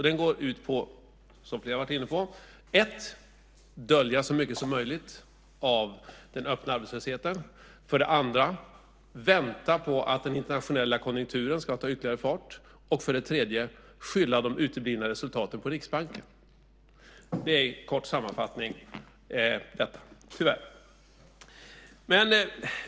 Den går ut på, som flera har varit inne på, för det första att dölja så mycket som möjligt av den öppna arbetslösheten, för det andra att vänta på att den internationella konjunkturen ska ta ytterligare fart och för det tredje att skylla de uteblivna resultaten på Riksbanken. Detta är en kort sammanfattning - tyvärr.